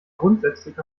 grundsätzlich